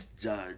judge